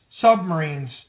submarines